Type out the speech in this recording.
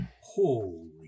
Holy